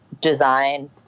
design